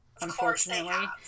unfortunately